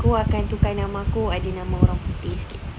aku akan tukar nama aku ada nama orang putih sikit